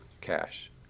cash